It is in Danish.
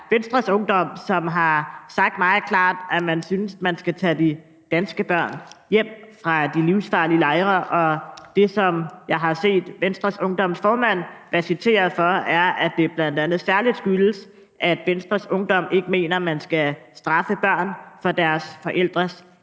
Venstres Ungdom, som har sagt meget klart, at de synes, man skal tage de danske børn hjem fra de livsfarlige lejre. Det, som jeg har set Venstres Ungdoms formand være citeret for, er, at det bl.a. særlig skyldes, at Venstres Ungdom ikke mener, man skal straffe børn for deres forældres